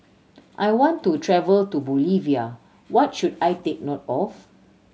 I want to travel to Bolivia what should I take note of